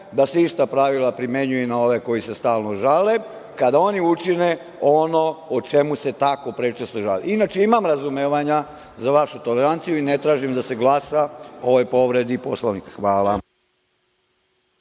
da se ista pravila primenjuju i na ove koji se stalno žale kada oni učine ono o čemu se tako prečesto i žale. Inače, imamo razumevanja za vašu toleranciju i ne tražim da se glasa o ovoj povredi Poslovnika. Hvala.